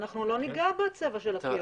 אנחנו לא ניגע בצבע של הקיר.